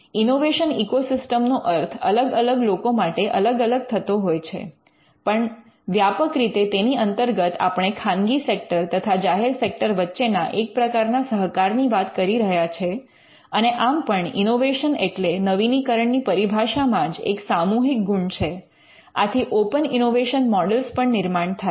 innovation ecosystem નો અર્થ અલગ અલગ લોકો માટે અલગ અલગ થતો હોય છે પણ વ્યાપક રીતે તેની અંતર્ગત આપણે ખાનગી સેક્ટર તથા જાહેર સેક્ટર વચ્ચેના એક પ્રકારના સહકારની વાત કરી રહ્યા છે અને આમ પણ ઇનોવેશન એટલે નવીનીકરણની પરિભાષા માં જ એક સામૂહિક ગુણ છે આથી ઓપન ઇનોવેશન મૉડલ પણ નિર્માણ થાય